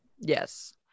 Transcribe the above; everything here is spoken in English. Yes